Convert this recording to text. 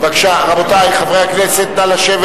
רבותי חברי הכנסת, נא לשבת.